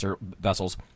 vessels